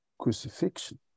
crucifixion